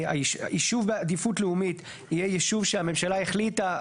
יישוב בעדיפות לאומית יהיה יישוב שהממשלה החליטה,